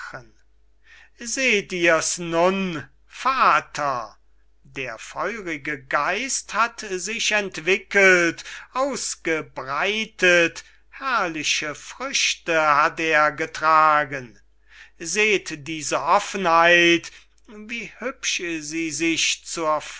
seht ihrs nun vater der feurige geist hat sich entwickelt ausgebreitet herrliche früchte hat er getragen seht diese offenheit wie hübsch sie sich zur